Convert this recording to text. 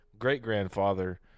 great-grandfather